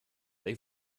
they